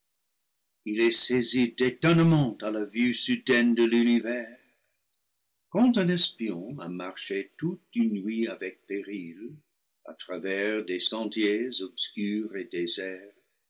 il est saisi d'étonnement à la vue soudaine de l'univers quand un espion a marché toute une nuit avec péril à travers des sentiers obscurs et